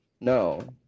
No